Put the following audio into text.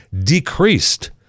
decreased